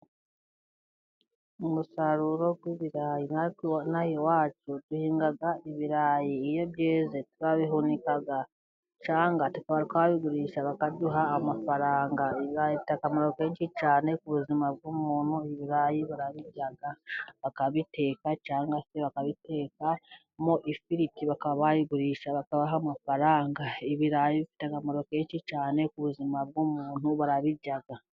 Umusaruro w'ibirayi. Inaha iwacu duhinga ibirayi, iyo byeze turabihunika, twagurisha bakaduha amafaranga afite akamaro kenshi cyane ku buzima bw'umuntu. Ibirayi barabirya bakabiteka cyangwa se bakabiteka mu ifiriti bakaba bayigurisha bakabaha amafaranga. Ibirayi bifite akamaro kenshi cyane ku buzima bw'umuntu barabirya.